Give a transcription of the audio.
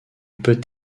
peut